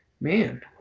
Man